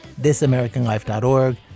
thisamericanlife.org